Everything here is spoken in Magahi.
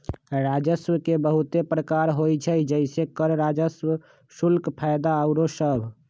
राजस्व के बहुते प्रकार होइ छइ जइसे करें राजस्व, शुल्क, फयदा आउरो सभ